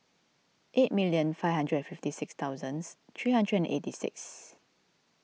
eight million five hundred and fifty six thousands three hundred and eighty six